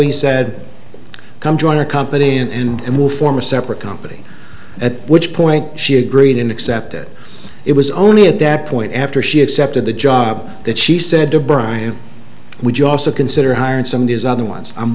he said come join a company and will form a separate company at which point she agreed and accept it it was only at that point after she accepted the job that she said to brian would you also consider hiring some of these other ones i'm